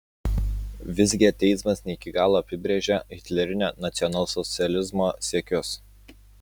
visgi ateizmas ne iki galo apibrėžia hitlerinio nacionalsocializmo siekius